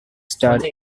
star